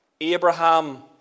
Abraham